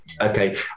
okay